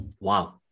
wow